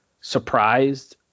surprised